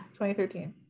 2013